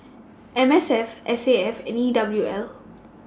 M S F S A F and E W L